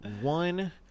one